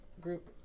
group